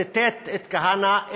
ציטט את כהנא,